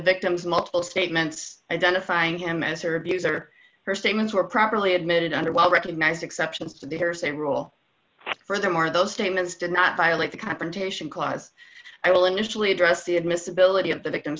victim's multiple statements identifying him as her abuser her statements were properly admitted under well recognized exceptions to the hearsay rule furthermore those statements did not violate the confrontation clause i will initially address the admissibility of the victim